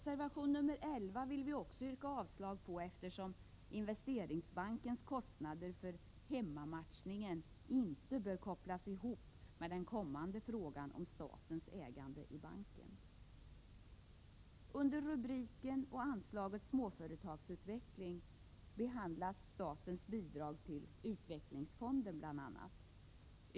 Vi vill vidare yrka avslag på reservation 11, eftersom Investeringsbankens kostnader för hemmamatchningen inte bör kopplas ihop med den kommande frågan om statens ägande i banken. Under rubriken och anslaget Småföretagsutveckling behandlas bl.a. statens bidrag till utvecklingsfonderna.